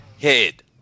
head